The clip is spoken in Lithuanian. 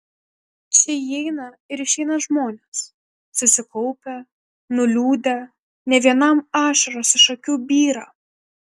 čia įeina ir išeina žmonės susikaupę nuliūdę ne vienam ašaros iš akių byra